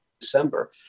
December